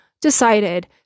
decided